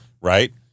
Right